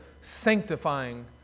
sanctifying